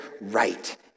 right